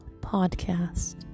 Podcast